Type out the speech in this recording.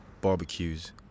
barbecues